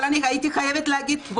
אבל הייתי חייבת להגיד,